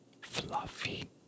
fluffy